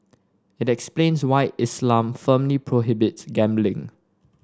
it explains why Islam firmly prohibits gambling